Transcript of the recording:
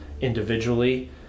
individually